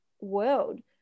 world